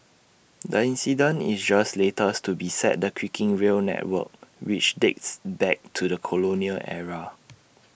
the incident is just latest to beset the creaking rail network which dates back to the colonial era